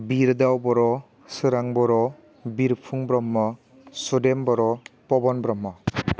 बिरदाव बर' सोरां बर' बिरफुं ब्रह्म सुदेम बर' पब'न ब्रह्म